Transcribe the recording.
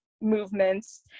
movements